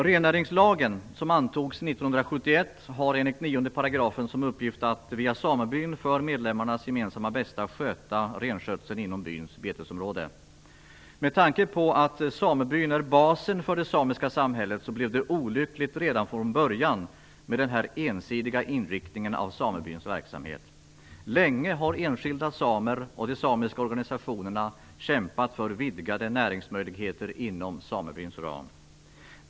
Rennäringslagen, som antogs 1971, har enligt 9 § som uppgift att via samebyn för medlemmarnas gemensamma bästa sköta renskötseln inom byns betesområde. Med tanke på att samebyn är basen för det samiska samhället blev det olyckligt redan från början med den här ensidiga inriktningen av samebyns verksamhet. Länge har enskilda samer och de samiska organisationerna kämpat för vidgade näringsmöjligheter inom samebyns ram.